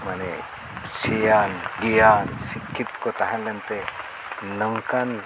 ᱢᱟᱱᱮ ᱥᱤᱭᱟᱱ ᱜᱮᱭᱟᱱ ᱥᱤᱠᱠᱷᱤᱛ ᱠᱚ ᱛᱟᱦᱮᱸ ᱞᱮᱱᱛᱮ ᱱᱚᱝᱠᱟᱱ